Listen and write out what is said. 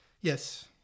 Yes